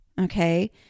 Okay